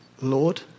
Lord